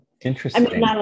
interesting